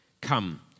come